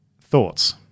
Thoughts